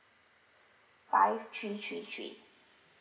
five three three three